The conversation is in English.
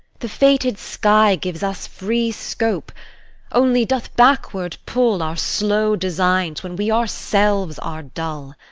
the fated sky gives us free scope only doth backward pull our slow designs when we ourselves are dull.